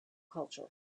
culture